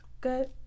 Good